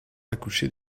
accoucher